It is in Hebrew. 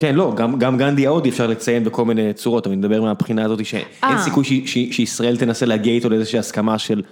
כן, לא, גם גנדי ההודי אפשר לציין בכל מיני צורות, אבל נדבר מהבחינה הזאת שאין סיכוי שישראל תנסה להגיע איתו לאיזושהי הסכמה של...